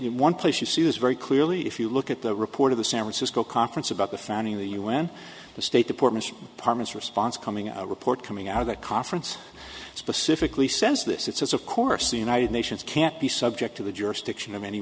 in one place you see this very clearly if you look at the report of the san francisco conference about the founding of the u n the state department parlance response coming out a report coming out of that conference specifically says this it says of course the united nations can be subject to the jurisdiction of any